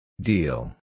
Deal